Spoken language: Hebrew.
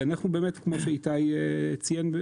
כמו שאיתי ציין,